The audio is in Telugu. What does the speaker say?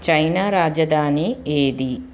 చైనా రాజధాని ఏది